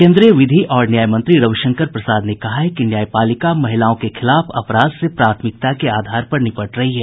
केन्द्रीय विधि और न्याय मंत्री रविशंकर प्रसाद ने कहा है कि न्यायपालिका महिलाओं के खिलाफ अपराध से प्राथमिकता के आधार पर निपट रही है